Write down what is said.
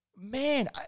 man